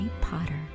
Potter